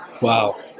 Wow